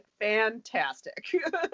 fantastic